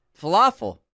Falafel